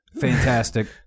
fantastic